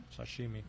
Sashimi